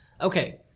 Okay